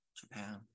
Japan